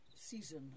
Season